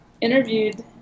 interviewed